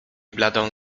bladą